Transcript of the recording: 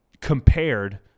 compared